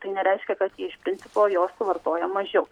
tai nereiškia kad jie iš principo jo suvartoja mažiau